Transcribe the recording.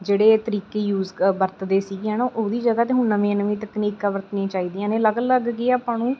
ਜਿਹੜੇ ਤਰੀਕੇ ਯੂਜ਼ ਵਰਤਦੇ ਸੀਗੇ ਹੈ ਨਾ ਉਹਦੀ ਜਗ੍ਹਾ 'ਤੇ ਹੁਣ ਨਵੀਆਂ ਨਵੀਆਂ ਤਕਨੀਕਾਂ ਵਰਤਣੀਆਂ ਚਾਹੀਦੀਆਂ ਨੇ ਅਲੱਗ ਅਲੱਗ ਕੀ ਆਪਾਂ ਨੂੰ